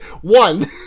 One